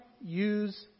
use